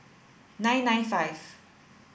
nine nine five